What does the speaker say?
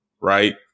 Right